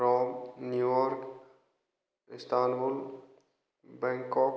Rome New York Istanbul Bangkok